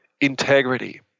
integrity